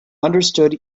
understood